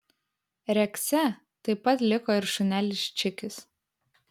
rekse taip pat liko ir šunelis čikis